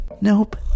Nope